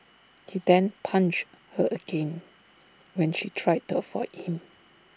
he then punched her again when she tried to avoid him